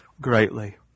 greatly